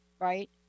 right